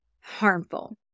harmful